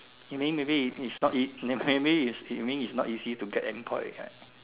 you mean maybe is not ea~ maybe is you mean is not easy to get any